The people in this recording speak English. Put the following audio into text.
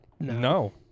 No